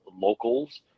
locals